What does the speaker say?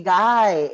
guy